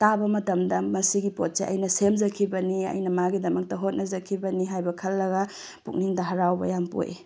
ꯇꯥꯕ ꯃꯇꯝꯗ ꯃꯁꯤꯒꯤ ꯄꯣꯠꯁꯦ ꯑꯩꯅ ꯁꯦꯝꯖꯈꯤꯕꯅꯤ ꯑꯩꯅ ꯃꯥꯒꯤꯗꯃꯛꯇ ꯍꯣꯠꯅꯖꯈꯤꯕꯅꯤ ꯍꯥꯏꯕ ꯈꯜꯂꯒ ꯄꯨꯛꯅꯤꯡꯗ ꯍꯔꯥꯎꯕ ꯌꯥꯝ ꯄꯣꯛꯏ